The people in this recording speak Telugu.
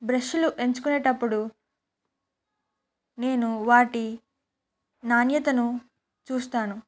బ్రష్లు ఎంచుకునేటప్పుడు నేను వాటి నాణ్యతను చూస్తాను